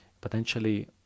potentially